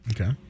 Okay